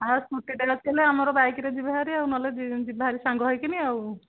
ଆଉ ସ୍କୁଟିଟେ ରଖିଥିଲେ ଆମର ବାଇକ୍ରେ ଯିବା ଭାରି ଆଉ ନହେଲେ ଯିବା ଭାରି ସାଙ୍ଗ ହେଇକିନି ଆଉ